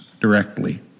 directly